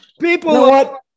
people